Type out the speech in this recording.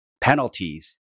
penalties